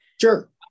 Sure